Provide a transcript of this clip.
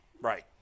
Right